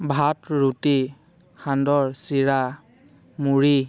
ভাত ৰুটি সান্দহ চিৰা মুড়ি